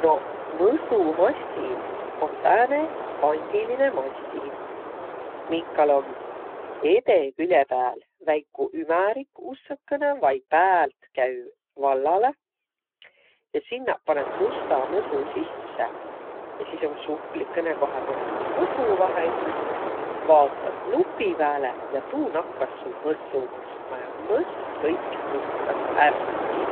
Noq mõsumassin om sääne kandilinõ massin, minkal om edeküle pääl väiku ümärik ussõkõnõ vai päält käü vallalõ. Ja sinnäq panõt musta mõsu sisse. Ja sis om suhvlikõnõ, kohe panõt mõsuvahendi. Vaotat nupi pääle ja tuu nakkas sul mõssu mõskma ja mõsk kõik puhtas ärqkiq.